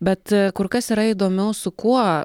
bet kur kas yra įdomiau su kuo